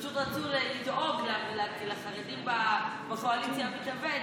פשוט רצו לדאוג לחרדים בקואליציה המתהווה.